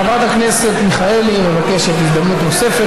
חברת הכנסת מיכאלי מבקשת הזדמנות נוספת